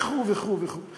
וכו' וכו' וכו'.